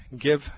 give